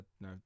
no